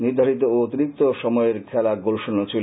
নির্দ্ধারিত ও অতিরিক্ত সময়ের খেলা গোলশূন্য ছিল